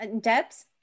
Debs